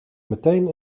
meteen